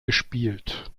gespielt